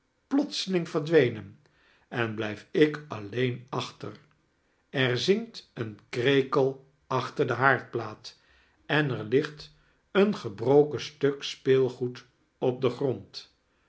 plotseling verdwenen en blijf ik alleen achter er zingt een krekel aohter de haardplaat en er ligt een gebroken stuk speelgoed op den grond